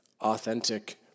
authentic